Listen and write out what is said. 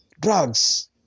Drugs